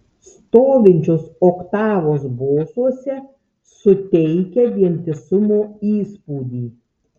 stovinčios oktavos bosuose suteikia vientisumo įspūdį